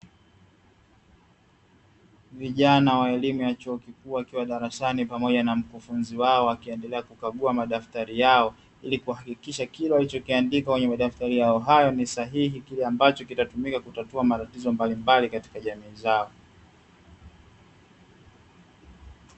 Vijana wa elimu ya chuo kikuu wakiwa darasani pamoja na mkufunzi wao akiendelea kukagua madaftari yao, ili kuhakikisha kile walichokiandika kwenye madaftari yao hayo ni sahihi, kile ambacho kitatumika kutatua matatizo mbalimbali katika jamii zao.